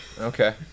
Okay